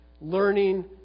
learning